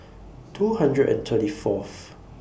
two hundred and thirty Fourth